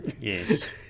Yes